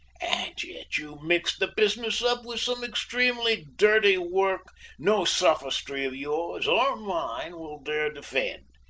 and yet you mixed the business up with some extremely dirty work no sophistry of yours or mine will dare defend.